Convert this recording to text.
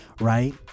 Right